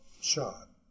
shot